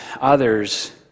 others